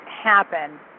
happen